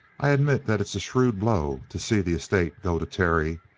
i admit that it's a shrewd blow to see the estate go to terry.